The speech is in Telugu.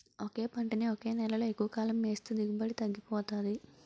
ఒకే పంటని ఒకే నేలలో ఎక్కువకాలం ఏస్తే దిగుబడి తగ్గిపోతాది